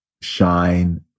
shine